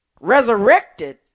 resurrected